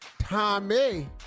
Tommy